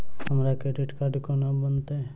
हमरा credit card कोना बनतै?